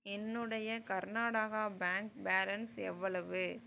என்னுடைய Karnataka bank balance எவ்வளவு